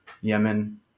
Yemen